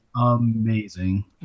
Amazing